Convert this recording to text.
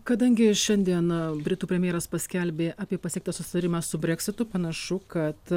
kadangi šiandien britų premjeras paskelbė apie pasiektą susitarimą su breksitu panašu kad